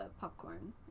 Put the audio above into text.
popcorn